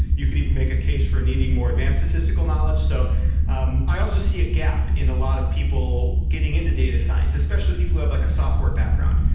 you could even make a case for needing more advanced statistical knowledge. so um i also see a gap in a lot of people getting into data science especially people who have like a software background.